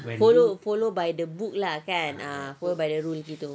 follow follow by the book lah kan ah follow by the rule gitu